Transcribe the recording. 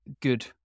good